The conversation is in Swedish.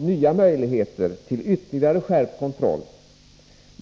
nya möjligheter till ytterligare skärpt kontroll.